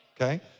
okay